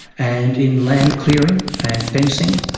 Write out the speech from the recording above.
and in land-clearing and fencing.